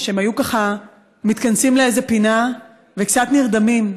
והם היו מתכנסים לאיזו פינה וקצת נרדמים.